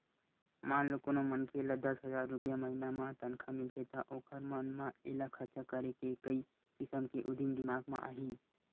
मान लो कोनो मनखे ल दस हजार रूपिया महिना म तनखा मिलथे त ओखर मन म एला खरचा करे के कइ किसम के उदिम दिमाक म आही